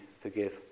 forgive